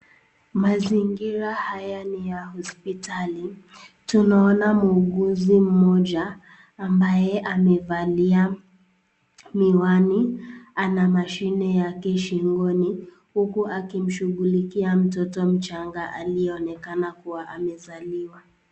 Mazingira haya ni ya hospitali. Tunaona muuguzi mmoja ambaye amevalia miwani ana mashine yake shingoni, huku akimshughulikia mtoto mchanga aliyeonekana kuwa amezaliwa.